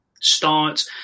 start